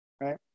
right